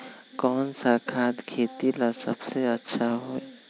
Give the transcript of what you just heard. कौन सा खाद खेती ला सबसे अच्छा होई?